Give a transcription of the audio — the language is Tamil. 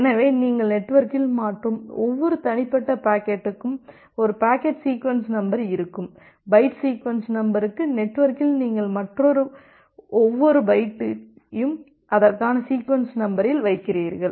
எனவே நீங்கள் நெட்வொர்க்கில் மாற்றும் ஒவ்வொரு தனிப்பட்ட பாக்கெட்டுக்கும் ஒரு பாக்கெட் சீக்வென்ஸ் நம்பர் இருக்கும் பைட் சீக்வென்ஸ் நம்பருக்கு நெட்வொர்க்கில் நீங்கள் மாற்றும் ஒவ்வொரு பைட்டையும் அதற்கான சீக்வென்ஸ் நம்பரில் வைக்கிறீர்கள்